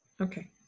okay